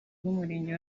bw’umurenge